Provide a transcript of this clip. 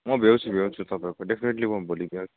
म भ्याउँछु भ्याउँछु तपाईँको म डेफिनिट्ली म भोलि भ्या